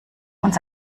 uns